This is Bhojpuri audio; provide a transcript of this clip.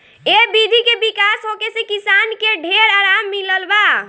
ए विधि के विकास होखे से किसान के ढेर आराम मिलल बा